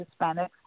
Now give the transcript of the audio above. Hispanics